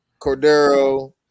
Cordero